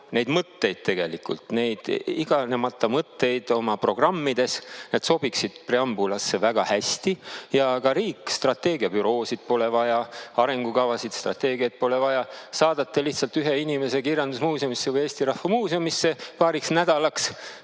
neid mõtteid tegelikult, neid iganemata mõtteid oma programmides. Need sobiksid preambulisse väga hästi. Ja ka riik: strateegiabüroosid pole vaja, arengukavasid, strateegiaid pole vaja, saadate lihtsalt ühe inimese kirjandusmuuseumisse või Eesti Rahva Muuseumisse paariks nädalaks